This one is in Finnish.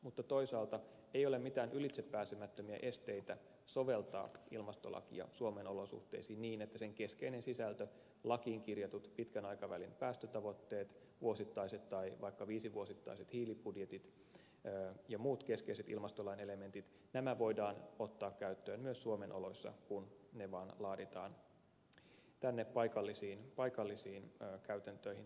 mutta toisaalta ei ole mitään ylitsepääsemättömiä esteitä soveltaa ilmastolakia suomen olosuhteisiin niin että sen keskeinen sisältö lakiin kirjatut pitkän aikavälin päästötavoitteet vuosittaiset tai vaikka viisivuosittaiset hiilibudjetit ja muut keskeiset ilmastolain elementit voidaan ottaa käyttöön myös suomen oloissa kun se vaan laaditaan tänne paikallisiin käytäntöihin sopivalla tavalla